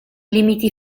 limiti